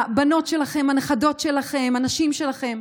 הבנות שלכם, הנכדות שלכם, הנשים שלכן,